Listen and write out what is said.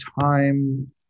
time